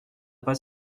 pas